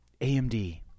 AMD